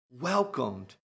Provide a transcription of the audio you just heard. welcomed